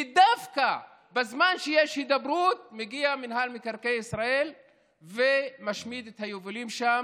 ודווקא בזמן שיש הידברות מגיע מינהל מקרקעי ישראל ומשמיד את היבולים שם,